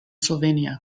slovenia